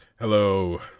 Hello